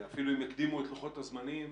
אפילו אם יקדימו את לוחות הזמנים,